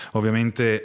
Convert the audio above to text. Ovviamente